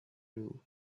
rule